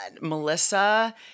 Melissa